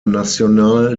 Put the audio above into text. national